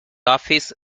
office